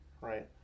right